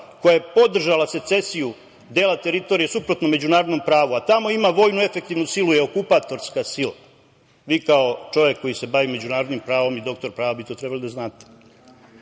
koja je podržala secesiju dela teritorije suprotno međunarodnom pravu, a tamo ima vojnu efektivnu silu, je okupatorska sila, vi kao čovek koji se bavi međunarodnim pravom i doktor prava bi to trebalo da znate.S